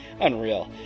Unreal